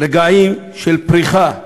רגעים של פריחה,